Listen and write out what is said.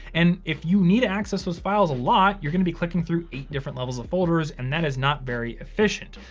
and if you need to access those files a lot, you're gonna be clicking through eight different levels of folders, and that is not very efficient.